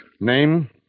Name